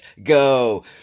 Go